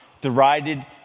derided